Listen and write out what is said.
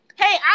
Hey